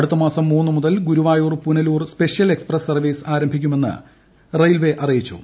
അടുത്ത മാസം മൂന്ന് മുതൽ Guruvayur Punalur special express service ആരംഭിക്കുമെന്ന് റെയിൽവേ അറിയിച്ചു